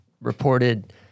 reported